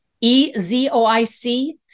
E-Z-O-I-C